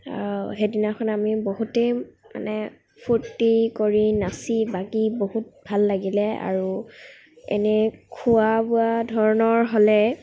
সেইদিনাখন আমি বহুতেই মানে ফূৰ্তি কৰি নাচি বাগি বহুত ভাল লাগিলে আৰু এনেই খোৱা বোৱা ধৰণৰ হ'লে